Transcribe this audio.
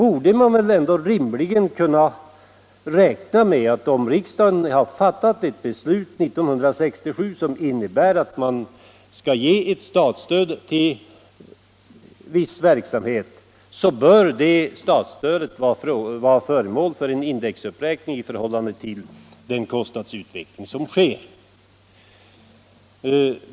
Om riksdagen 1967 fattade ett beslut om att ge ett statsstöd till en viss verksamhet, så bör väl det statsstödet uppräknas med hänsyn till den kostnadsutveckling som därefter skett.